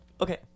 Okay